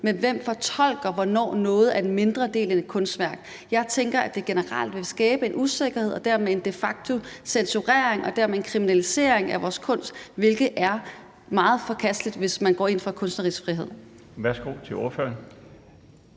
men hvem fortolker, hvornår noget er en mindre del af et kunstværk? Jeg tænker, at det generelt vil skabe en usikkerhed og dermed en de facto-censurering og dermed en kriminalisering af vores kunst, hvilket er meget forkasteligt, hvis man går ind for kunstnerisk frihed. Kl. 21:44 Den